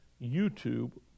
YouTube